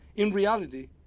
in reality,